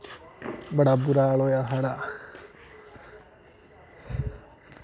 बड़ा बुरा हाल होएआ साढ़ा